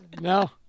No